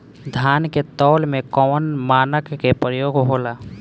धान के तौल में कवन मानक के प्रयोग हो ला?